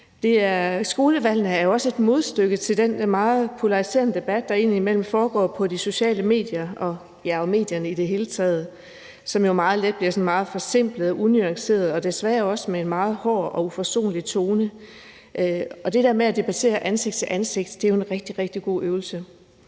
Skolevalgene er også et modstykke til den meget polariserende debat, der indimellem foregår på de sociale medier og i medierne i det hele taget. Den debat bliver meget let forsimplet og unuanceret og desværre også med en meget hård og uforsonlig tone. Det der med at debattere ansigt til ansigt er jo en rigtig, rigtig god øvelse.